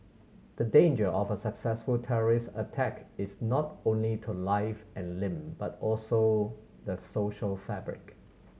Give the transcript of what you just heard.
the danger of a successful terrorist attack is not only to life and limb but also the social fabric